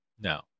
no